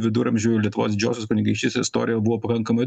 viduramžių lietuvos didžiosios kunigaikštystės istorijoj buvo pakankamai